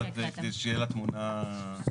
שתהיה לה תמונה מלאה.